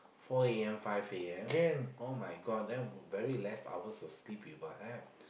four A_M five A_M [oh]-my-God then very less hours of sleep we will have